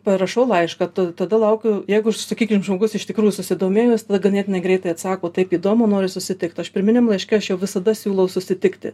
parašau laišką tada laukiu jeigu sakykim žmogus iš tikrųjų susidomėjo jis ganėtinai greitai atsako taip įdomu noriu susitikt aš pirminiam laiške aš jau visada siūlau susitikti